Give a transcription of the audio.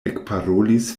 ekparolis